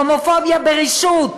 הומופוביה ברשות,